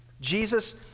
Jesus